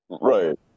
Right